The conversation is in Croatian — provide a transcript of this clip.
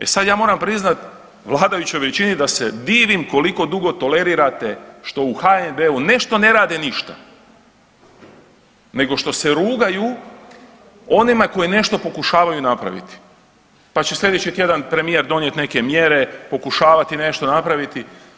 E sad, ja moram priznati vladajućoj većini da se divim koliko dugo tolerirate što u HNB-u, ne što ne rade ništa, nego što se rugaju onima koji nešto pokušavaju napraviti pa će sljedeći tjedan premijer donijeti neke mjere, pokušavati nešto napraviti.